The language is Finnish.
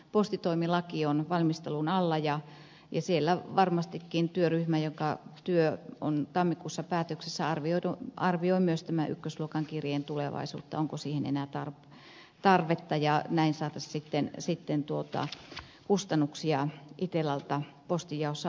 postitoimilaki on valmistelun alla ja siellä varmastikin työryhmä jonka työ on tammikuussa päätöksessä arvioi myös tämän ykkösluokan kirjeen tulevaisuutta onko siihen enää tarvetta ja näin saataisiin sitten kustannuksia itellalta postinjaossa alaspäin